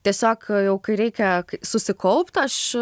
tiesiog kai reikia susikaupt aš